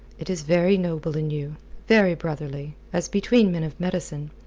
it is very noble in you very brotherly, as between men of medicine.